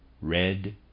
Red